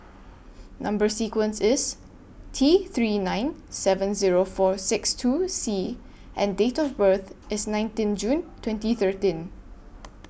Number sequence IS T three nine seven Zero four six two C and Date of birth IS nineteen June twenty thirteen